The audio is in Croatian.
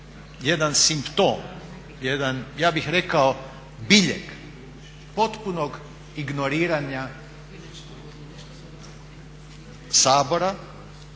jedan simptom, jedan ja bih rekao biljeg potpunog ignoriranja Sabora,